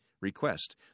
Request